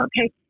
okay